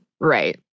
Right